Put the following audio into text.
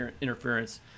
interference